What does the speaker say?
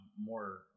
more